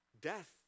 Death